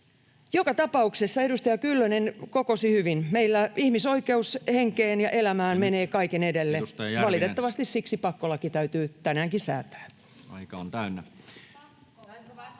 Joka tapauksessa edustaja Kyllönen kokosi hyvin: Meillä ihmisoikeus henkeen ja elämään menee kaiken edelle. Valitettavasti siksi pakkolaki täytyy tänäänkin säätää.